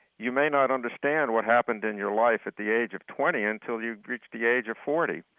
you may not understand what happened in your life at the age of twenty until you've reached the age of forty,